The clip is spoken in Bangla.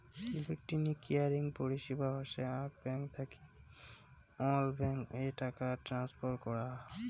ইলেকট্রনিক ক্লিয়ারিং পরিষেবা হসে আক ব্যাঙ্ক থাকি অল্য ব্যাঙ্ক এ টাকা ট্রান্সফার করাঙ